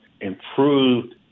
improved